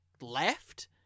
left